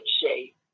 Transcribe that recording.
shape